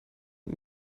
und